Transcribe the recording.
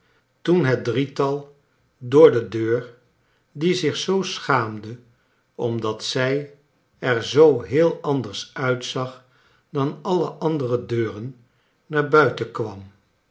toen het drietal door de deur die zich zoo schaamde omdat zij er zoo heel anders uitzag dan alle andere deuren naar buiten kwam